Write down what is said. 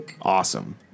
awesome